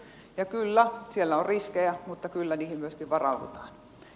ja kyllä siellä on riskejä mutta kyllä niihin myöskin varaudutaan